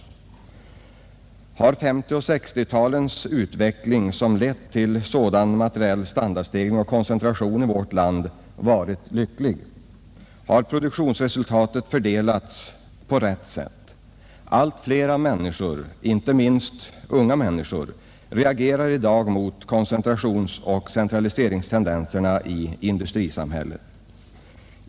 Har 1950 och 1960-talens utveckling, som lett till sådan materiell standardstegring och koncentration i vårt land, varit lycklig? Har produktionsresultaten fördelats på rätt sätt? Allt fler människor — inte minst unga människor — reagerar i dag mot koncentrationsoch centraliseringstendenserna i industrisamhället.